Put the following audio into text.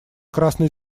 красной